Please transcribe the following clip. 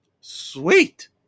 sweet